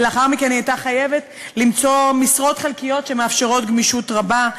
ולאחר מכן היא הייתה חייבת למצוא משרות חלקיות שמאפשרות גמישות רבה,